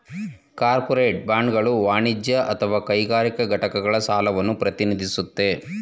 corporate ಬಾಂಡ್ಗಳು ವಾಣಿಜ್ಯ ಅಥವಾ ಕೈಗಾರಿಕಾ ಘಟಕಗಳ ಸಾಲವನ್ನ ಪ್ರತಿನಿಧಿಸುತ್ತೆ